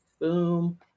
Boom